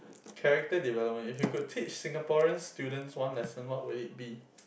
character development if you could Singaporean students one lesson what would it be